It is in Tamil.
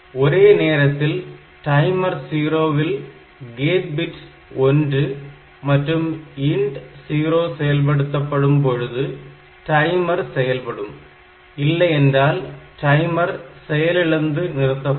ஒரே நேரத்தில் டைமர் 0 ல் கேட் பிட் 1 gate bit1 மற்றும் INT0 செயல்படுத்தப்படும் பொழுது டைமர் செயல்படும் இல்லையென்றால் டைமர் செயலிலிருந்து நிறுத்தப்படும்